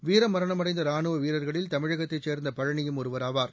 வீரமரணமடைந்த ராணுவ வீரர்களில் தமிழகத்தைச் சேர்ந்த பழனியும் ஒருவராவார்